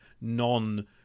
non